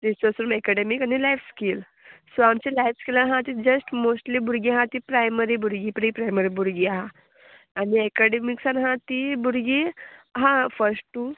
research room academic आनी life skill so आमची life स्किलान आहा ती जस्ट मोस्टली भुरगीं आहा ती प्रायमरी भुरगीं प्री प्रायमरी भुरगीं आहा आनी एकाडेमिक्सान आहा ती भुरगीं आहा फस्ट टू